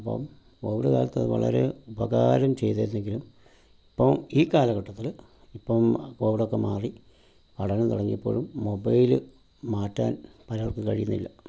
അപ്പം കോവിഡ് കാലത്തത് വളരെ ഉപകാരം ചെയ്തിരുന്നെങ്കിലും ഇപ്പം ഈ കാലഘട്ടത്തിൽ ഇപ്പം കോവിഡൊക്കെ മാറി പഠനം തുടങ്ങിയപ്പോഴും മൊബൈല് മാറ്റാൻ പലർക്കും കഴിയുന്നില്ല